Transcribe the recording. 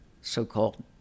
so-called